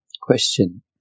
Question